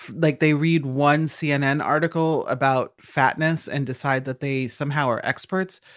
like they read one cnn article about fatness and decide that they somehow are experts,